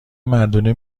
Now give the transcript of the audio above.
مردونه